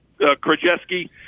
Krajewski